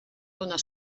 donar